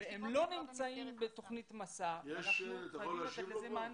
והם לא נמצאים בתכנית מסע ואנחנו חייבים לתת לזה מענה.